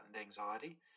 anxiety